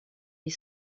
les